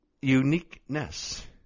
uniqueness